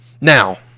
Now